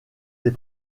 des